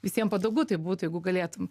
visiem patogu tai būtų jeigu galėtum